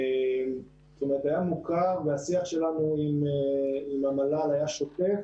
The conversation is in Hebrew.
היה מוכר, והשיח שלנו עם המל"ל היה שוטף